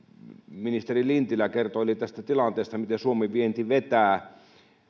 ministeri lintilä kertoili tästä tilanteesta miten suomen vienti vetää nyt